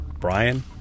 Brian